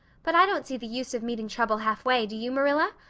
but i don't see the use of meeting trouble halfway, do you, marilla?